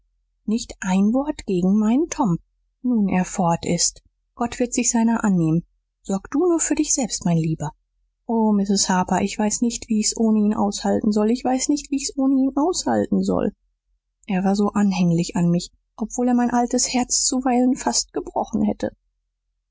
nicht ein wort gegen meinen tom nun er fort ist gott wird sich seiner annehmen sorg du nur für dich selbst mein lieber o mrs harper ich weiß nicht wie ich's ohne ihn aushalten soll ich weiß nicht wie ich's ohne ihn aushalten soll er war so anhänglich an mich obwohl er mein altes herz zuweilen fast gebrochen hätte